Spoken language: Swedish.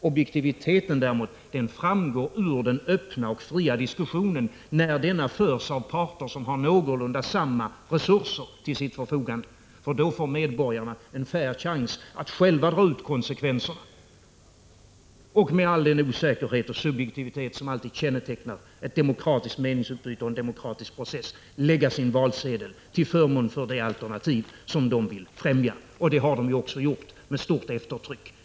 Objektiviteten framgår i stället ur den öppna och fria diskussionen, när denna förs av parter som har åtminstone nästan lika stora resurser till sitt förfogande. Då får medborgarna en rättvis möjlighet att dra konsekvenserna och på grundval av all den osäkerhet och subjektivitet som alltid kännetecknar ett demokratiskt meningsutbyte och en demokratisk process lägga sin valsedel till förmån för det alternativ som de vill främja. Det har de ju också gjort med stort eftertryck.